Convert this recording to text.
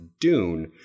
dune